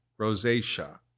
rosacea